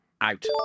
out